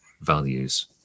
values